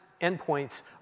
endpoints